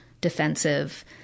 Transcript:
defensive